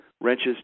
wrenches